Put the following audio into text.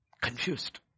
Confused